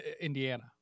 Indiana